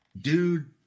dude